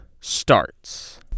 starts